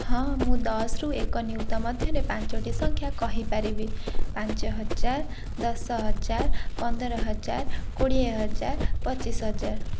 ହଁ ମୁଁ ଦଶରୁ ଏକ ନିୟୁତ ମଧ୍ୟରେ ପାଞ୍ଚଟି ସଂଖ୍ୟା କହି ପାରିବି ପାଞ୍ଚ ହଜାର ଦଶ ହଜାର ପନ୍ଦର ହଜାର କୋଡ଼ିଏ ହଜାର ପଚିଶ ହଜାର